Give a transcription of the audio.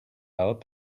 out